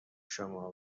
شما